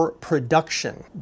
production